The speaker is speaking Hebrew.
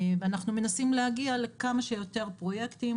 ואנחנו מנסים להגיע לכמה שיותר פרויקטים,